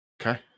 Okay